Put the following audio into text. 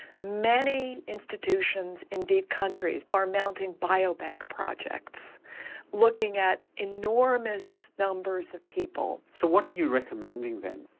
many institutions, indeed countries, are mounting biobank projects looking at enormous numbers of people. so what are you recommending then?